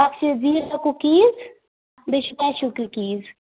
اکھ چھِ زیٖرا کُکیٖز بیٚیہِ چھِ کٮ۪شوٗ کُکیٖز